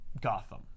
Gotham